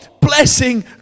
blessing